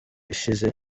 ishize